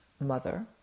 mother